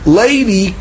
lady